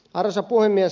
arvoisa puhemies